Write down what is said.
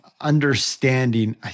understanding